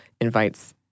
invites